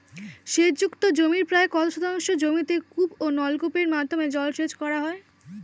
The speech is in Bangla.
সেচ যুক্ত জমির প্রায় কত শতাংশ জমিতে কূপ ও নলকূপের মাধ্যমে জলসেচ করা হয়?